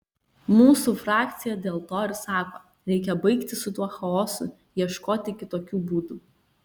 mūsų frakcija dėl to ir sako reikia baigti su tuo chaosu ieškoti kitokių būdų